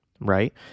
right